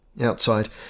Outside